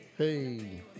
Hey